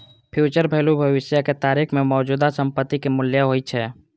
future value भविष्य के तारीख मे मौजूदा संपत्ति के मूल्य होइ छै